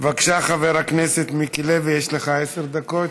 בבקשה, חבר הכנסת מיקי לוי, יש לך עשר דקות.